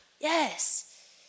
yes